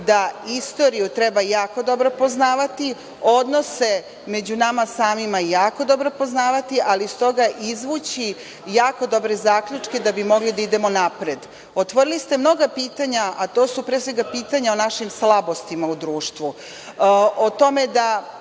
da istoriju treba jako dobro poznavati, odnose među nama samima jako dobro poznavati, ali iz toga izvući jako dobre zaključke da bi mogli da idemo napred. Otvorili ste mnoga pitanja, a to su pre svega pitanja o našim slabostima u društvu, o tome da